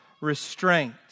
restraint